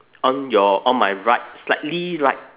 on your on my right slightly right